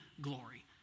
glory